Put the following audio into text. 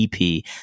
EP